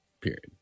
Period